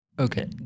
Okay